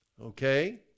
Okay